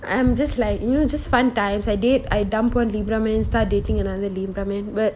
I'm just like you know just fun times I did I dumped one libra man then start dating another libra man but